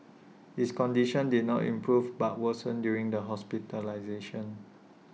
his condition did not improve but worsened during the hospitalisation